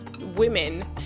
women